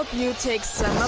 you take some